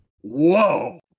whoa